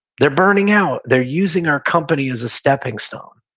they're burning out. they're using our company as a stepping stone.